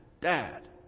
Dad